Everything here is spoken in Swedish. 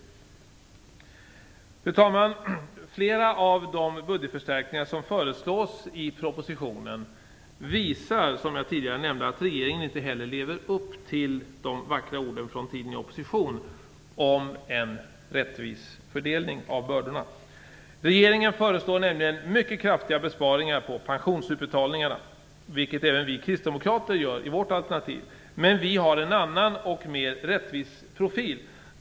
Fru talman! Flera av de budgetförstärkningar som föreslås i propositionen visar, som jag tidigare nämnde, att regeringen inte heller lever upp till de vackra orden om en rättvis fördelning av bördorna, som man hade under den tid då man satt i opposition. Regeringen föreslår nämligen mycket kraftiga besparingar när det gäller pensionsutbetalningarna. Det gör även vi kristdemokrater i vårt alternativ, men vi har en annan och mer rättvis profil.